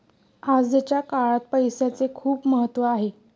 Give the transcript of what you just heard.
आजच्या काळात पैसाचे खूप महत्त्व आहे